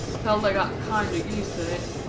till they got kinder used to it.